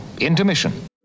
intermission